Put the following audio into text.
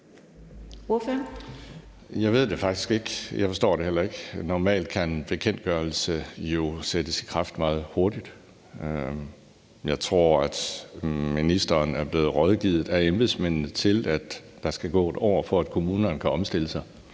Jeg ved det faktisk ikke, og jeg forstår det heller ikke. Normalt kan en bekendtgørelse jo sættes i kraft meget hurtigt. Jeg tror, at ministeren er blevet rådgivet af embedsmændene til, at der skal gå et år, for at kommunerne kan omstille sig.